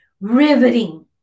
riveting